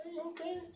Okay